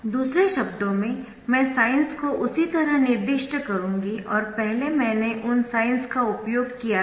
दूसरे शब्दों में मैं साइन्स को उसी तरह निर्दिष्ट करूंगी और पहले मैंने उन साइन्स का उपयोग किया था